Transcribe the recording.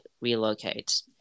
relocate